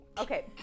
Okay